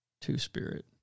Two-spirit